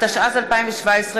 התשע"ז 2017,